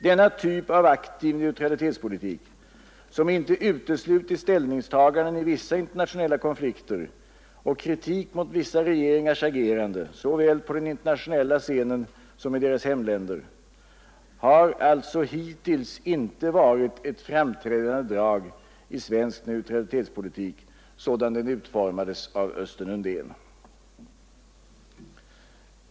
Denna typ av aktiv neutralitetspolitik, som inte uteslutit ställningstaganden i vissa internationella konflikter och kritik mot vissa regeringars agerande såväl på den internationella scenen som i deras hemländer, har alltså hittills inte varit ett framträdande drag i svensk neutralitetspolitik sådan den utformades av Östen Undén.